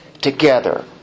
together